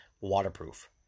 waterproof